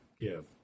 give